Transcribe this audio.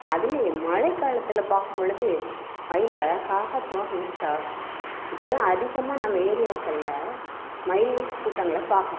அதுலையும் மழை காலத்தில் பார்க்கும் பொழுது மயில் அழகாக தோகை விரிச்சாடும் இப்போல்லாம் அதிகமாக நம்ம ஏரியாக்களில் மயில் கூட்டங்களை பார்க்குறோம்